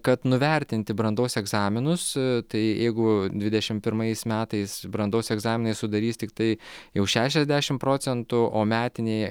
kad nuvertinti brandos egzaminus tai jeigu dvidešimt pirmais metais brandos egzaminai sudarys tiktai jau šešiasdešimt procentų o metiniai